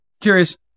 Curious